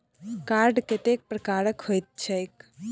Card कतेक प्रकारक होइत छैक?